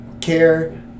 care